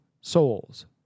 souls